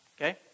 Okay